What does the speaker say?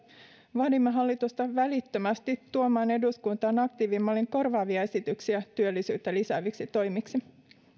vaadimme hallitusta välittömästi tuomaan eduskuntaan aktiivimallin korvaavia esityksiä työllisyyttä lisääviksi toimiksi